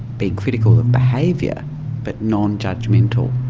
being critical of behaviour but non-judgmental?